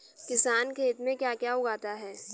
किसान खेत में क्या क्या उगाता है?